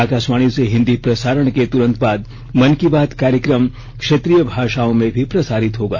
आकाशवाणी से हिन्दी प्रसारण के तुरंत बाद मन की बात कार्यक्रम क्षेत्रीय भाषाओं में भी प्रसारित होगा